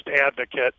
advocate